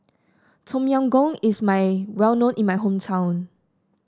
Tom Yam Goong is my well known in my hometown